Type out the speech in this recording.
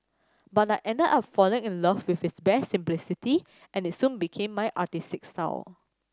but I ended up falling in love with its bare simplicity and it soon became my artistic style